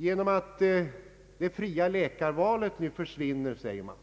Genom att det fria läkarvalet nu försvinner, säger man,